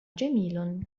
جميل